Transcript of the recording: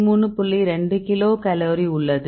2 kilo calorie உள்ளது